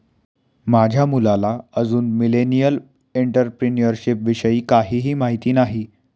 माझ्या मुलाला अजून मिलेनियल एंटरप्रेन्युअरशिप विषयी काहीही माहित नाही